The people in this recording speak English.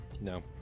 No